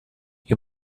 you